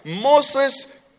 Moses